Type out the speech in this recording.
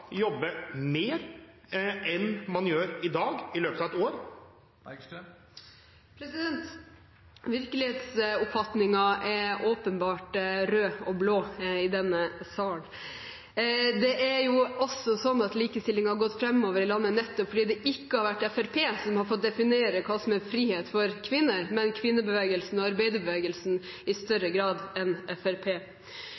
jobbe mer enn man gjør i dag i løpet av et år? Virkelighetsoppfatningen er åpenbart både rød og blå i denne salen. Det er jo slik at likestillingen har gått framover i landet nettopp fordi det ikke har vært Fremskrittspartiet som har fått definere hva som er frihet for kvinner, men kvinnebevegelsen og arbeiderbevegelsen i større grad enn